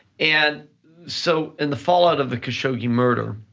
and so in the fallout of the khashoggi murder,